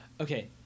Okay